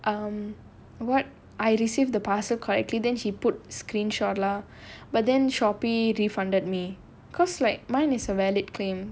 um what I received the parcel correctly then she put screenshot lah but then Shopee refunded me because like mine is a valid claim